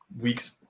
weeks